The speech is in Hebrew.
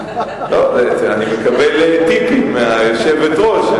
אני מקבל טיפים מהיושבת-ראש,